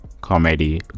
comedy